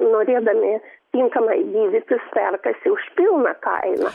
norėdami tinkamai gydytis perkasi už pilną kainą